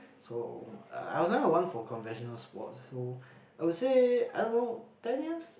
so uh I was never one for conversational sports so I would say I don't know ten years